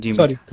sorry